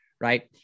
Right